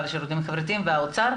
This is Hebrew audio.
והשירותים החברתיים ואחר כך את משרד האוצר.